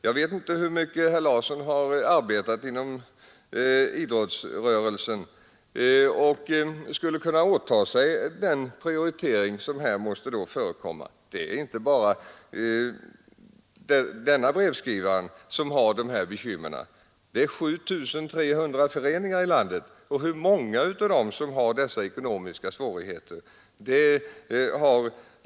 Jag vet inte hur mycket herr Larsson har arbetat inom idrottsrörelsen och om han skulle kunna åta sig den prioritering som det här då måste bli fråga om. Det är inte bara den som skrivit detta brev som har dessa bekymmer. Det finns 7 300 föreningar i landet som berörs av detta, och många av dem har ekonomiska svårigheter.